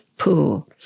Pool